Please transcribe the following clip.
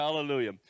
Hallelujah